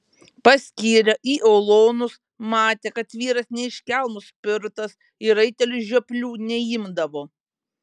paskyrė į ulonus matė kad vyras ne iš kelmo spirtas į raitelius žioplių neimdavo